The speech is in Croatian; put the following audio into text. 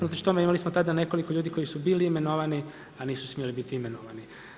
Unatoč tome imali smo tada nekoliko ljudi koji su bili imenovani a nisu smjeli biti imenovani.